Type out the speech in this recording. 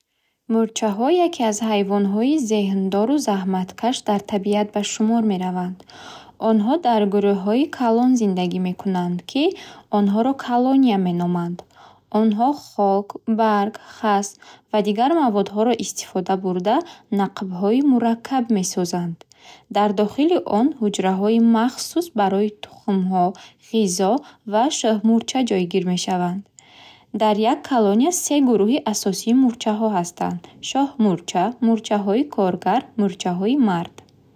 Мӯрчаҳо яке аз ҳайвонҳои зеҳндору заҳматкаш дар табиат ба шумор мераванд. Онҳо дар гурӯҳҳои калон зиндагӣ мекунанд, ки онҳоро колония меноманд. Онҳо хок, барг, хас ва дигар маводҳоро истифода бурда, нақбҳои мураккаб месозанд. Дар дохили он ҳуҷраҳои махсус барои тухмҳо, ғизо ва шоҳмӯрча ҷойгир мешаванд. Дар як колония се гурӯҳи асосии мӯрчаҳо ҳастанд: Шоҳмӯрча, мӯрчаҳои коргар ва мӯрчаҳои мард